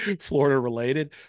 Florida-related